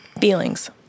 feelings